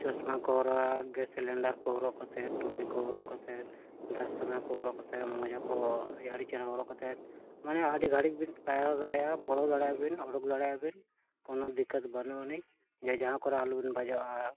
ᱪᱚᱥᱢᱟ ᱠᱚ ᱦᱚᱨᱚᱜᱟ ᱜᱮᱥ ᱥᱤᱞᱤᱱᱰᱟᱨ ᱠᱚ ᱦᱚᱨᱚᱜ ᱠᱟᱛᱮᱜ ᱴᱩᱯᱤ ᱠᱚ ᱦᱚᱨᱚᱜ ᱠᱟᱛᱮ ᱫᱟᱥᱛᱟᱱᱟ ᱠᱚ ᱦᱚᱨᱚᱜ ᱠᱟᱛᱮᱜ ᱢᱚᱡᱟᱠᱚ ᱟᱹᱰᱤ ᱪᱮᱦᱨᱟ ᱦᱚᱨᱚᱜ ᱠᱟᱛᱮᱜ ᱢᱟᱱᱮ ᱟᱹᱰᱤ ᱜᱷᱟᱹᱲᱤᱡ ᱵᱤᱱ ᱯᱟᱭᱨᱟ ᱫᱟᱲᱮᱭᱟᱜᱼᱟ ᱵᱚᱞᱚ ᱫᱟᱲᱮᱭᱟᱜ ᱵᱤᱱ ᱚᱰᱳᱠ ᱫᱟᱲᱮᱭᱟᱜ ᱵᱤᱱ ᱠᱳᱱᱳ ᱫᱤᱠᱠᱟᱹᱛ ᱵᱟᱹᱱᱩᱜ ᱟᱹᱱᱤᱡ ᱡᱮ ᱡᱟᱦᱟᱸ ᱠᱚᱨᱮ ᱟᱞᱚᱵᱤᱱ ᱵᱟᱡᱟᱜᱼᱟ